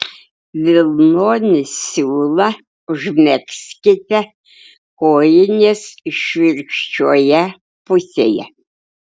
vilnonį siūlą užmegzkite kojinės išvirkščioje pusėje